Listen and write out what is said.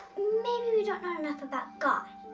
maybe we don't know enough about god,